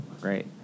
Great